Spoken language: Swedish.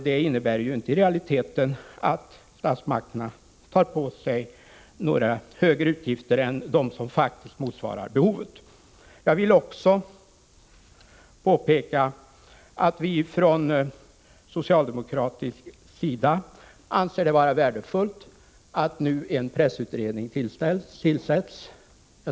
Detta innebär i realiteten inte att statsmakterna tar på sig högre utgifter än de som faktiskt motsvarar behovet. Jag vill också påpeka att vi från socialdemokratisk sida anser det vara värdefullt att en pressutredning nu tillsätts.